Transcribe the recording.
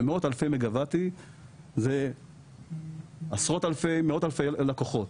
ומאות אלפי מגה וואטים זה מאות אלפי לקוחות.